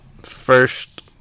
First